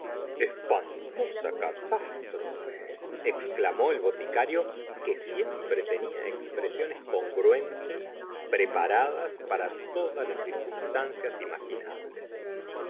espantosa catástrofe exclamó el boticario que siempre tenía expresiones congruentes preparadas para todas las circunstancias imaginables la